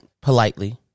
politely